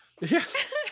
Yes